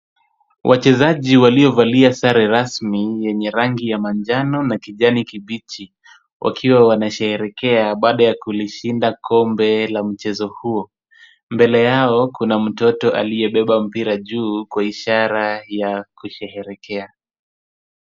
Wachezaji waliovalia sare rasmi yenye rangi ya manjano na kijani kibichi, wakiwa wanasherekea baada ya kulishinda kombe la mchezo huo. Mbele yao kuna mtoto aliyebeba mpira juu kwa ishara ya kusherehekea.